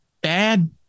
Bad